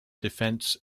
defense